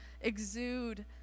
exude